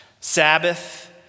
Sabbath